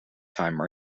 time